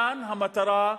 כאן המטרה,